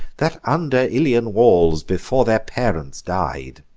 that under ilian walls before their parents died!